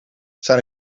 zijn